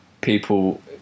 people